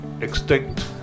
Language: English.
extinct